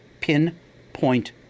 pinpoint